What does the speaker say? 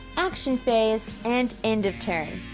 action phase, and end of turn.